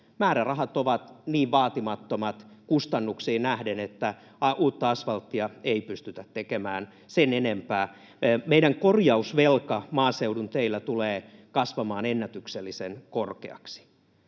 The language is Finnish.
Määrärahat ovat niin vaatimattomat kustannuksiin nähden, että uutta asfalttia ei pystytä tekemään sen enempää. Meidän korjausvelka maaseudun teillä tulee kasvamaan ennätyksellisen korkeaksi.